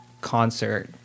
concert